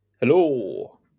Hello